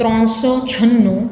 ત્રણસો છન્નું